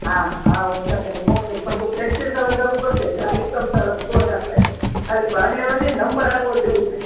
હા હા હું તને મોકલીસ પણ તું પ્રેક્ટિસ હવે શરૂ કરી દેજે હો હવે એકદમ સરસ તો જ આપણે ખાલી ભાગ લેવાનો નહીં નંબર આવવો જોઈએ